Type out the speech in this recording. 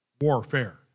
warfare